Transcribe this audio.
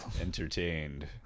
Entertained